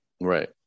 Right